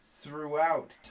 throughout